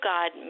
God